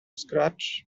scratch